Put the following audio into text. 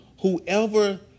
whoever